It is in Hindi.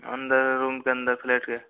अंदर रूम के अंदर फ्लैट के